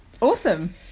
Awesome